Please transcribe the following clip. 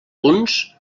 punts